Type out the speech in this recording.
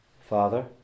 Father